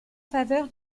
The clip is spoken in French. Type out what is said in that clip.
faveur